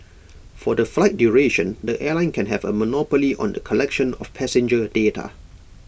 for the flight duration the airline can have A monopoly on the collection of passenger data